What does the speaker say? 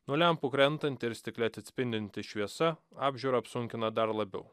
nuo lempų krentanti ir stikle atsispindinti šviesa apžiūrą apsunkina dar labiau